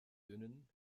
dünnen